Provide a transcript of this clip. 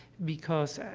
because, ah,